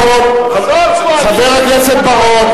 זאת קואליציה של פגע וברח.